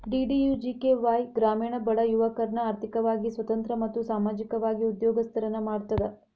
DDUGKY ಗ್ರಾಮೇಣ ಬಡ ಯುವಕರ್ನ ಆರ್ಥಿಕವಾಗಿ ಸ್ವತಂತ್ರ ಮತ್ತು ಸಾಮಾಜಿಕವಾಗಿ ಉದ್ಯೋಗಸ್ತರನ್ನ ಮಾಡ್ತದ